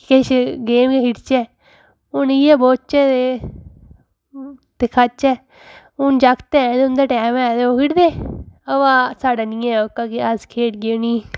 किश गेम गै खेढचै हून इयै बौह्चै ते खाचै हून जागत ऐ ते दे उं'दा टाइम ऐ ते ओह् खेढदे अमां साढ़ा नी ऐ ओह्का जेहा अस खेढगे नी